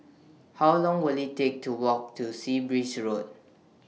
How Long Will IT Take to Walk to Sea Breeze Road